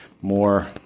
more